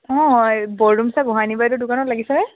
অ এ বৰডুমছাৰ গোঁহাইনী বাইদেউৰ দোকানত লাগিছেনে